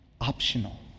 Optional